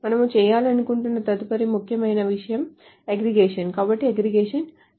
మనము చేయాలనుకుంటున్న తదుపరి ముఖ్యమైన విషయం అగ్రిగేషన్ కాబట్టి అగ్రిగేషన్ చేయవచ్చు